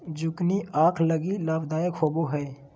zucchini आंख लगी लाभदायक होबो हइ